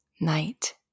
night